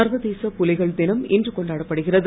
சர்வதேச புலிகள் தினம் இன்று கொண்டாடப்படுகிறது